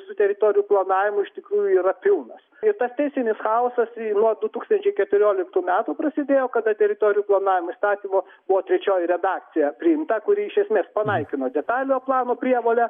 su teritorijų planavimu iš tikrųjų yra pilnas ir tas teisinis chaosas nuo du tūkstančiai keturioliktų metų prasidėjo kada teritorijų planavimo įstatymo buvo trečioji redakcija priimta kuri iš esmės panaikino detaliojo plano prievolę